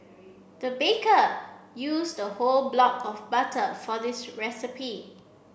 the baker used a whole block of butter for this recipe